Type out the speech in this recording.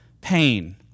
pain